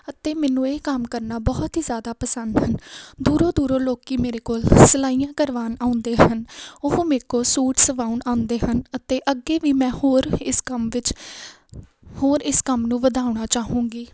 ਅਤੇ ਮੈਨੂੰ ਇਹ ਕੰਮ ਕਰਨਾ ਬਹੁਤ ਹੀ ਜ਼ਿਆਦਾ ਪਸੰਦ ਹਨ ਦੂਰੋਂ ਦੂਰੋਂ ਲੋਕ ਮੇਰੇ ਕੋਲ ਸਿਲਾਈਆਂ ਕਰਵਾਉਣ ਆਉਂਦੇ ਹਨ ਉਹ ਮੇਕੋ ਸੂਟ ਸਵਾਉਣ ਆਉਂਦੇ ਹਨ ਅਤੇ ਅੱਗੇ ਵੀ ਮੈਂ ਹੋਰ ਇਸ ਕੰਮ ਵਿੱਚ ਹੋਰ ਇਸ ਕੰਮ ਨੂੰ ਵਧਾਉਣਾ ਚਾਹੂੰਗੀ